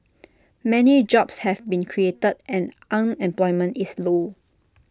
many jobs have been created and unemployment is low